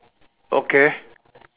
okay